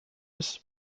ist